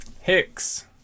Hicks